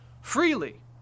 freely